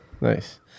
Nice